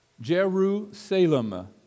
Jerusalem